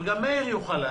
אבל גם מאיר שפיגלר